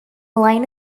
line